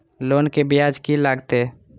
Loan के ब्याज की लागते?